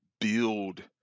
build